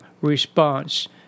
response